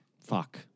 Fuck